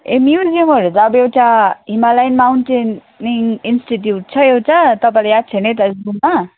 ए म्युजियमहरू त अब एउटा हिमालयन माउन्टेनरिङ इन्स्टिच्युट छ एउटा तपाईँलाई याद छ होइन यता घुममा